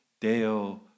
Deo